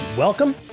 Welcome